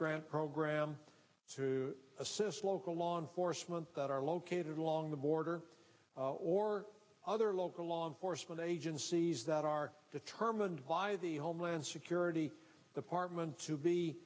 grant program to assist local law enforcement that are located along the border or other local law enforcement agencies that are determined by the homeland security department to